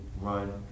run